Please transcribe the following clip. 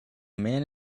man